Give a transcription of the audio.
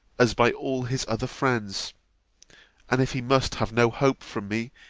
as by all his other friends and if he must have no hope from me,